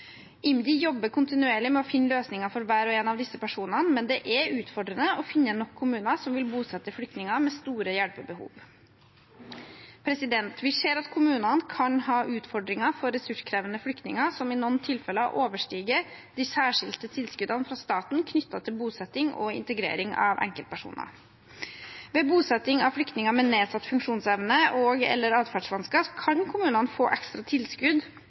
IMDi jobber kontinuerlig med å finne løsninger for hver og en av disse personene, men det er utfordrende å finne nok kommuner som vil bosette flyktninger med store hjelpebehov. Vi ser at kommunene kan ha utfordringer for ressurskrevende flyktninger som i noen tilfeller overstiger de særskilte tilskuddene fra staten knyttet til bosetting og integrering av enkeltpersoner. Ved bosetting av flyktninger med nedsatt funksjonsevne og/eller atferdsvansker kan kommunene få ekstra tilskudd